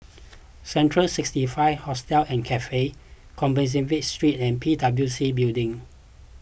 Central sixty five Hostel and Cafe Compassvale Street and P W C Building